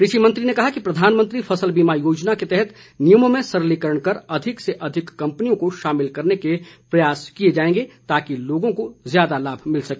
कृषि मंत्री ने कहा कि प्रधानमंत्री फसल बीमा योजना के तहत नियमों में सरलीकरण कर अधिक से अधिक कंपनियों को शामिल करने के प्रयाए किए जाएंगे ताकि लोगों को ज्यादा लाभ मिल सके